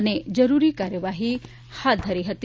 અને જરૂરી કાર્યવાહી હાથ ધરી હતી